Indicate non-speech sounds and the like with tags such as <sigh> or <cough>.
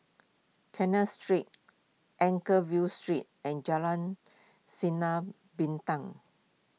<unintelligible> Street Anchorvale Street and Jalan Sinar Bintang